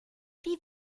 wie